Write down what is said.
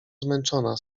zmęczona